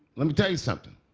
let me tell you something.